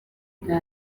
bwa